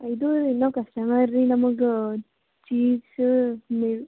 ಇದೂ ಇನೋ ಕಸ್ಟಮರ್ ರೀ ನಮುಗೆ ಚೀಸ್ ಮಿಲ್ಕ್